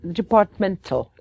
departmental